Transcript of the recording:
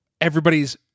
Everybody's